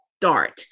start